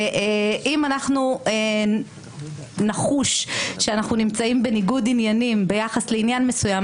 ואם אנחנו נחוש שאנחנו נמצאים בניגוד עניינים ביחס לעניין מסוים,